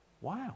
Wow